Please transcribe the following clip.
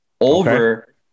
over